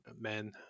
men